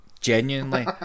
genuinely